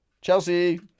Chelsea